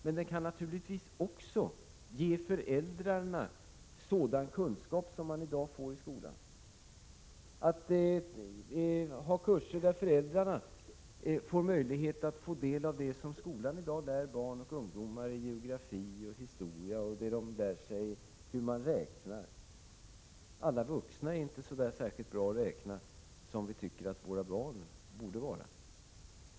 Men den kan naturligtvis också ge föräldrarna sådan kunskap som barnen i dag får i skolan — ha kurser där föräldrarna har möjlighet att få del av det som skolan i dag lär barn och ungdom i geografi och historia och om hur man räknar. Alla vuxna är inte så bra på att räkna som vi tycker att våra barn borde vara.